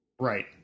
Right